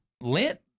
lint